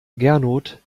gernot